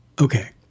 Okay